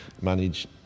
manage